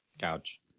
Couch